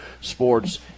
Sports